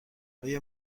آیا